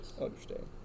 Understand